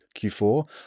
Q4